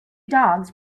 dogs